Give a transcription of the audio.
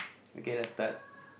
okay let's start